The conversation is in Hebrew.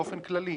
באופן כללי,